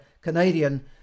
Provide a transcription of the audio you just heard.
Canadian